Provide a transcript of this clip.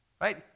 right